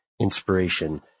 inspiration